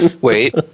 wait